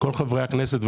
לכל חברי הכנסת,